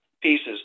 pieces